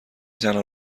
تنها